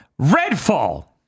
Redfall